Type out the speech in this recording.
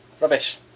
Rubbish